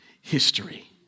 history